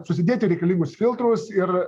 susidėti reikalingus filtrus ir